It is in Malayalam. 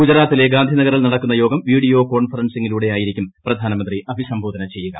ഗുജറാത്തിലെ ഗാന്ധിനഗറിൽ നടക്കുന്ന യോഗം വീഡിയോ കോൺഫറൻസിംഗിലൂടെയായിരിക്കും പ്രധാനമന്ത്രി അഭിസംബോധന ചെയ്യുക